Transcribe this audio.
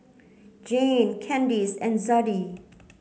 Jeanne Candyce and Zadie